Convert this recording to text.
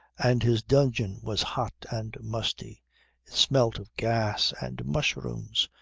and his dungeon was hot and musty it smelt of gas and mushrooms,